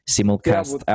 Simulcast